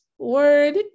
word